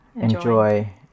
enjoy